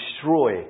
destroy